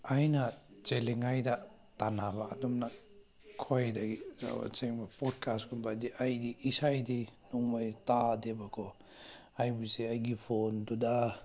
ꯑꯩꯅ ꯆꯦꯜꯂꯤꯉꯥꯏꯗ ꯇꯥꯅꯕ ꯑꯗꯨꯝꯅ ꯑꯩꯈꯣꯏꯗꯒꯤ ꯄꯣꯠꯀꯥꯁꯀꯨꯝꯕꯗꯤ ꯑꯩꯒꯤ ꯏꯁꯩꯗꯤ ꯅꯣꯡꯃꯩ ꯇꯥꯗꯦꯕꯀꯣ ꯍꯥꯏꯕꯁꯦ ꯑꯩꯒꯤ ꯐꯣꯟꯗꯨꯗ